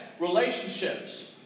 relationships